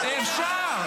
אחלה,